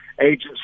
agents